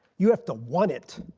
you have to want it.